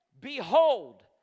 Behold